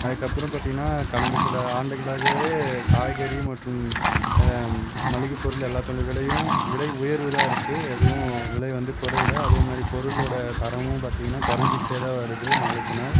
அதுக்கப்புறம் பார்த்தீங்கன்னா கடந்த சில ஆண்டுகளாகவே காய்கறி மற்றும் மளிகை பொருள் எல்லாத்தோடய விலையும் விலை உயர்வு தான் இருக்குது எதுவும் விலை வந்து குறையல அதே மாதிரி பொருளோடய தரமும் பார்த்தீங்கன்னா குறைஞ்சிகிட்டே தான் வருது நாளுக்கு நாள்